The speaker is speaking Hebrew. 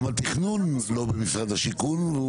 גם התכנון לא במשרד השיכון.